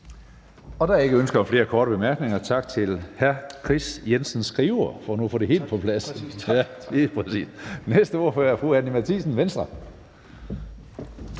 Der er ikke ønske om flere korte bemærkninger. Tak til hr. Kris Jensen Skriver. Den næste ordfører er fru Anni Matthiesen, Venstre.